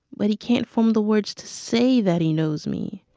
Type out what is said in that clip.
but he can't form the words to say that he knows me.